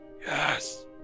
Yes